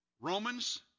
Romans